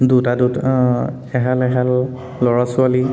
দুটা দুটা এহাল এহাল ল'ৰা ছোৱালী